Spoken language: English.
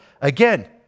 Again